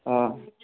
ହଁ